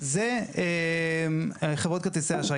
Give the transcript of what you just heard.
זה חברות כרטיסי האשראי.